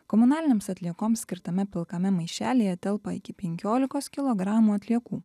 komunalinėms atliekoms skirtame pilkame maišelyje telpa iki penkiolikos kilogramų atliekų